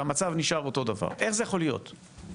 והמצב נשאר אותו דבר, איך זה יכול להיות?